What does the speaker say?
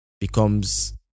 becomes